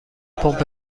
پمپ